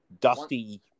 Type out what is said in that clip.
dusty